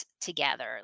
together